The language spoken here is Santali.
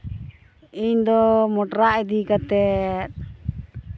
ᱤᱧ ᱫᱚ ᱢᱚᱴᱨᱟ ᱤᱫᱤ ᱠᱟᱛᱮ